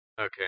Okay